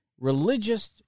religious